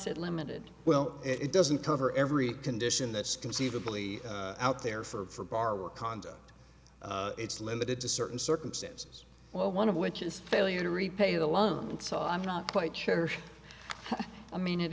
it limited well it doesn't cover every condition that's conceivably out there for bar work conduct it's limited to certain circumstances well one of which is failure to repay the loan and so i'm not quite sure i mean it